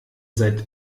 seid